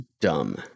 dumb